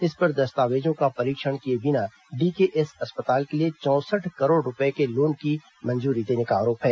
इस पर दस्तावेजों का परीक्षण किए बिना डीकेएस अस्पताल के लिए चौंसठ करोड़ रूपये के लोन की मंजूरी देने का आरोप है